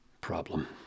problem